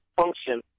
function